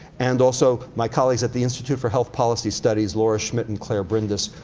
and also my colleagues at the institute for health policy studies, laura schmidt and clare brindis,